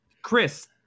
Chris